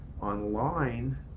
online